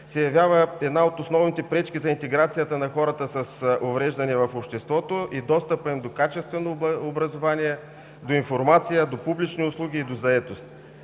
се явява една от основните пречки за интеграция на хората с увреждания в обществото и достъпът им до качествено образование, до информация, до публични услуги и до заетост.